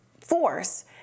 force